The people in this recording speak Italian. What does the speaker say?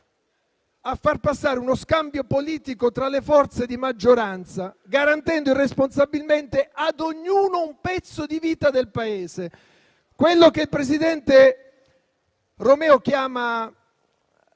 a far passare uno scambio politico tra le sue forze garantendo irresponsabilmente ad ognuno un pezzo di vita del Paese. Quello che il presidente Romeo chiama